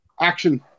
action